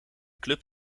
club